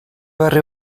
berri